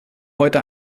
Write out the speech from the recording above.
heute